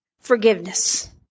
Forgiveness